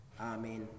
amen